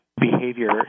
behavior